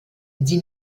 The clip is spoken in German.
sie